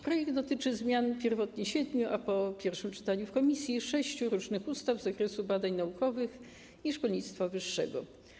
Projekt dotyczy zmian pierwotnie siedmiu, a po pierwszym czytaniu w komisji sześciu różnych ustaw z zakresu badań naukowych i szkolnictwa wyższego.